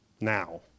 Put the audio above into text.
now